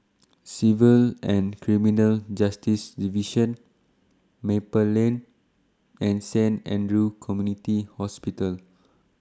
Civil and Criminal Justice Division Maple Lane and Saint Andrew's Community Hospital